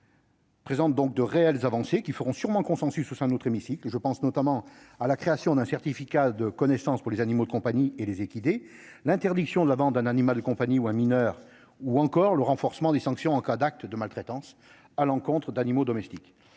texte présente de réelles avancées, qui feront sûrement consensus au sein de notre hémicycle. Je pense notamment à la création d'un certificat de connaissance pour les animaux de compagnie et les équidés, l'interdiction de la vente d'un animal de compagnie à un mineur, ou encore le renforcement des sanctions en cas d'actes de maltraitance à l'encontre d'animaux domestiques.